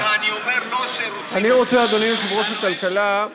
לא רק שאני עוזר לך, אני אומר לו שרוצים אותו.